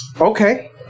Okay